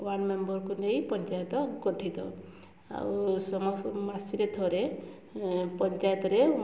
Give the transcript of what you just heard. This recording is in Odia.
ୱାର୍ଡ଼ ମେମ୍ବରକୁ ନେଇ ପଞ୍ଚାୟତ ଗଠିତ ଆଉ ସମ ମାସୀରେ ଥରେ ପଞ୍ଚାୟତରେ